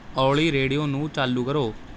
ਓਲੀ ਰੇਡੀਓ ਨੂੰ ਚਾਲੂ ਕਰੋ